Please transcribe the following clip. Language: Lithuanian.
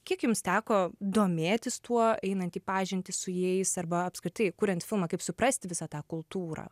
kiek jums teko domėtis tuo einant į pažintį su jais arba apskritai kuriant filmą kaip suprasti visą tą kultūrą